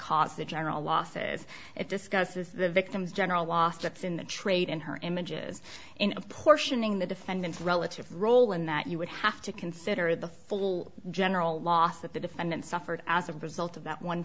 causes the general losses it discusses the victims general lost it's in the trade in her images in apportioning the defendant's relative role in that you would have to consider the full general loss that the defendant suffered as a result of that one